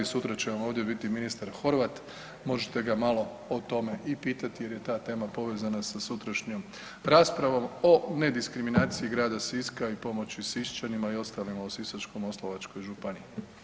Sutra će vam ovdje biti ministar Horvat, možete ga malo o tome i pitati jer je ta tema povezana sa sutrašnjom raspravom o nediskriminaciji grada Siska i pomoći Siščanima i ostalima u Sisačko-moslavačkoj županiji.